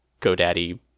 GoDaddy